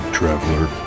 traveler